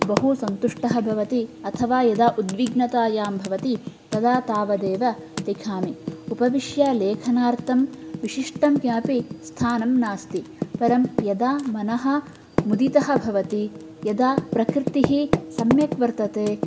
बहु सन्तुष्टः भवति अथवा यदा उद्विग्नतायां भवति तदा तावदेव लिखामि उपविश्य लेखनार्थं विशिष्टं किमपि स्थानं नास्ति परं यदा मनः मुदितः भवति यदा प्रकृतिः सम्यक् वर्तते